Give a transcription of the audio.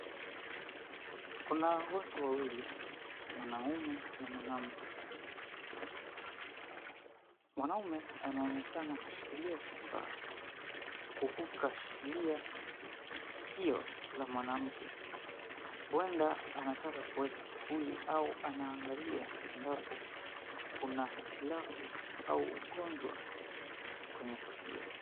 Kuna watu wawili, mwanamume na mwanamke. Mwanamume anaonekana kashikilia kifaa huku kashikilia sikio la mwanamke, huenda anataka kuweka kipuli au anaanglia endapo kuna hitilafu au ugonjwa kwenye sikio.